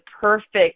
perfect